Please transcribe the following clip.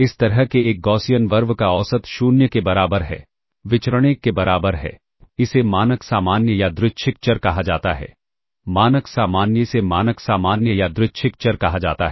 इस तरह के एक गॉसियन RV का औसत 0 के बराबर है विचरण 1 के बराबर है इसे मानक सामान्य यादृच्छिक चर कहा जाता है मानक सामान्य इसे मानक सामान्य यादृच्छिक चर कहा जाता है